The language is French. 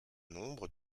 nombre